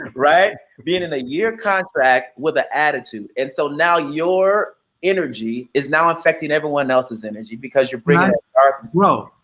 right, being in a year contract with the attitude. and so now your energy is now affecting everyone else's energy because you're bringing that in bro,